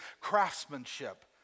craftsmanship